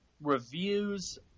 Reviews